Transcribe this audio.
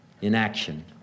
inaction